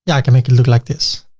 yeah can make it look like this.